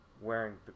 wearing